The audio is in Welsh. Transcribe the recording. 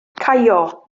caio